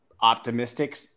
optimistic